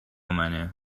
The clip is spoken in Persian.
منه